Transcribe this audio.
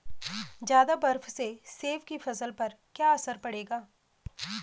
ज़्यादा बर्फ से सेब की फसल पर क्या असर पड़ेगा?